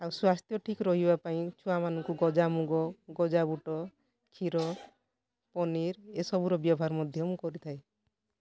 ଆଉ ସ୍ବାସ୍ଥ୍ୟ ଠିକ୍ ରହିବା ପାଇଁ ମୁଁ ଛୁଆମାନଙ୍କୁ ଗଜାମୁଗ ଗଜାବୁଟ କ୍ଷୀର ପନିର୍ ଏ ସବୁର ବ୍ୟବହାର ମଧ୍ୟ ମୁଁ କରିଥାଏ